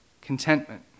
contentment